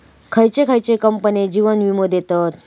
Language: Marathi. खयचे खयचे कंपने जीवन वीमो देतत